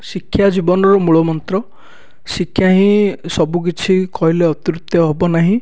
ଶିକ୍ଷା ଜୀବନର ମୂଳ ମନ୍ତ୍ର ଶିକ୍ଷା ହିଁ ସବୁକିଛି କହିଲେ ଅତ୍ୟୁକ୍ତି ହେବନାହିଁ